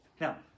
Now